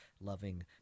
loving